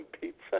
pizza